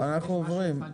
אנחנו עוברים.